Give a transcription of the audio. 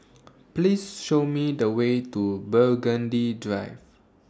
Please Show Me The Way to Burgundy Drive